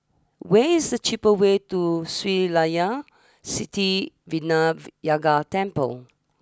where is the cheapest way to Sri Layan Sithi Vinayagar Temple